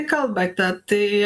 kalbate tai